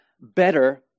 better